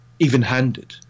even-handed